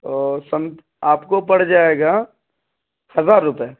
وہ سم آپ کو پڑ جائے گا ہزار روپے